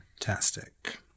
fantastic